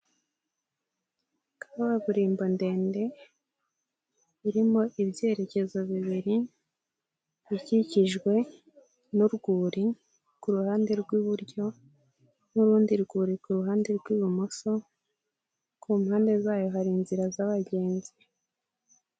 Kaburimbo ndende irimo ibyerekezo bibiri, ikikijwe n'urwuri ku ruhande rw'iburyo n'urundi rwuri ku ruhande rw'ibumoso, ku mpande zayo hari inzira z'abagenzi.